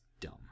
dumb